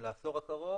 לעשור הקרוב